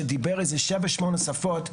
שדיבר שבע-שמונה שפות,